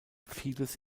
vieles